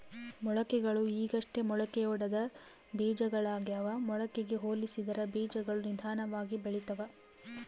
ಮೊಳಕೆಗಳು ಈಗಷ್ಟೇ ಮೊಳಕೆಯೊಡೆದ ಬೀಜಗಳಾಗ್ಯಾವ ಮೊಳಕೆಗೆ ಹೋಲಿಸಿದರ ಬೀಜಗಳು ನಿಧಾನವಾಗಿ ಬೆಳಿತವ